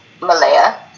Malaya